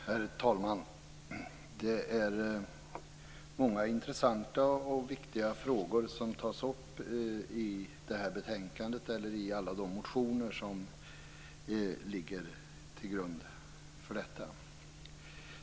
Herr talman! Det är många intressanta och viktiga frågor som tas upp i betänkandet, eller i alla de motioner som ligger till grund för det.